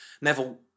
Neville